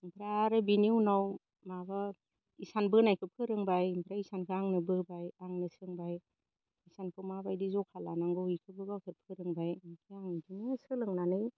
ओमफ्राय आरो बेनि उनाव माबा इसान बोनायखौ फोरोंबाय ओमफ्राय इसानखो आंनो बोबाय आंनो सोंबाय इसानखौ माबायदि ज'खा लानांगौ इफोरखौ गावसोर फोरोंबाय ओमफ्राय आं इदिनो सोलोंनानै